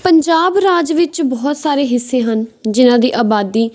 ਪੰਜਾਬ ਰਾਜ ਵਿੱਚ ਬਹੁਤ ਸਾਰੇ ਹਿੱਸੇ ਹਨ ਜਿਨ੍ਹਾਂ ਦੀ ਆਬਾਦੀ